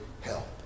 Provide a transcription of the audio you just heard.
help